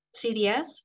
CDS